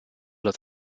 das